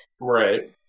Right